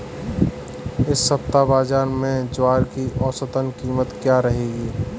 इस सप्ताह बाज़ार में ज्वार की औसतन कीमत क्या रहेगी?